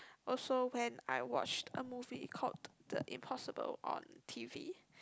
also when I watched a movie called the Impossible on T_V